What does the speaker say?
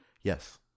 Yes